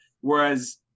whereas